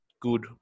good